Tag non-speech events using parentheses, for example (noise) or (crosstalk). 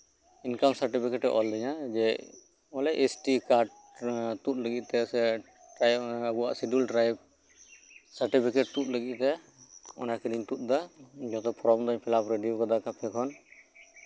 ᱤᱱᱠᱟᱢ certificate ᱮ ᱚᱞ ᱟᱹᱫᱤᱧᱟ ᱡᱮ ᱵᱚᱞᱮ ᱮᱥ ᱴᱤ ᱠᱟᱨᱰ ᱛᱳᱫ ᱞᱟᱹᱜᱤᱫ ᱛᱮᱥᱮ (unintelligible) ᱟᱵᱚᱣᱟᱜ ᱥᱤᱰᱩᱞ ᱴᱨᱟᱭᱤᱵᱽ ᱛᱳᱫ ᱞᱟᱹᱜᱤᱫᱛᱮ ᱡᱷᱚᱛᱚ ᱯᱷᱨᱚᱢ ᱞᱮ ᱯᱷᱤᱞᱟᱯ ᱨᱮᱰᱤ ᱟᱠᱟᱫᱟ ᱠᱮᱢᱯ ᱠᱷᱚᱱ